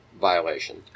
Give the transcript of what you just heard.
violation